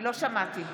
(קוראת בשמות חברי הכנסת)